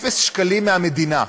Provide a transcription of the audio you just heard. אפס שקלים מהמדינה.